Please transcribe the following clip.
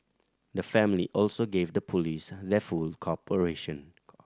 the family also give the police their full cooperation